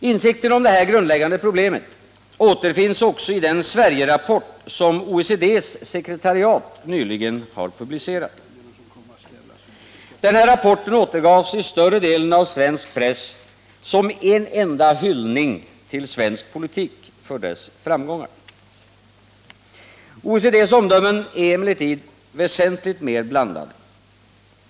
Insikten om detta grundläggande problem återfinns också i den Sverigerapport som OECD:s sekretariat nyligen har publicerat. Den här rapporten återgavs i större delen av svensk press som en enda hyllning till svensk politik för dess framgångar. OECD:s omdömen är emellertid väsentligt mer blandade.